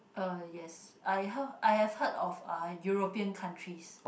uh yes I have I've heard of uh European countries